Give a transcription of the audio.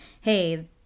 hey